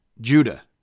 Judah